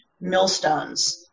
millstones